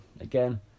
Again